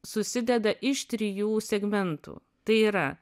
susideda iš trijų segmentų tai yra